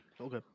Okay